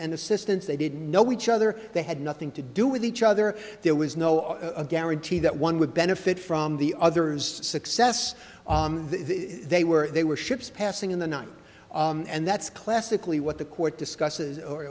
and assistance they didn't know each other they had nothing to do with each other there was no guarantee that one would benefit from the other's success they were they were ships passing in the night and that's classically what the court discuss